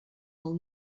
del